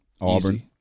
Auburn